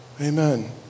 amen